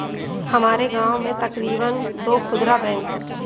हमारे गांव में तकरीबन दो खुदरा बैंक है